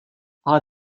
ale